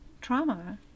trauma